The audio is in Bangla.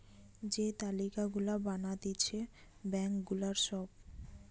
যে তালিকা গুলা বানাতিছে ব্যাঙ্ক গুলার সব